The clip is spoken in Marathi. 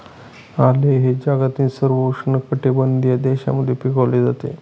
आले हे जगातील सर्व उष्णकटिबंधीय देशांमध्ये पिकवले जाते